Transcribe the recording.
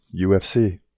UFC